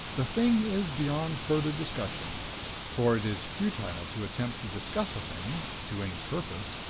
the thing is beyond further discussion for it is futile to attempt to discuss a thing, to any purpose,